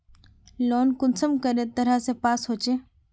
Loan कुंसम करे तरह से पास होचए?